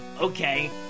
okay